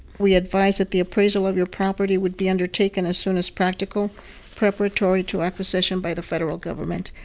we advise that the appraisal of your property would be undertaken as soon as practical preparatory to acquisition by the federal government,